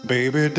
Baby